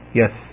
yes